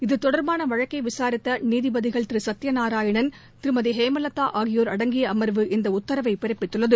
இதுதொடர்பானவழக்கைவிசாரித்தநீதிபதிகள் திருசத்தியநாராயணன் திருமதிஹேமலதா ஆகியோர் அடங்கியஅமர்வு இந்தடத்தரவைபிறப்பித்துள்ளது